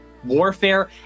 Warfare